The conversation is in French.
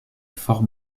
fort